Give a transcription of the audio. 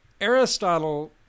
Aristotle